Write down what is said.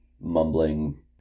mumbling